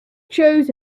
chose